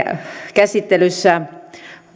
käsittelyssä